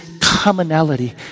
commonality